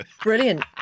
Brilliant